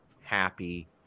happy